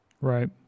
Right